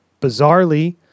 Bizarrely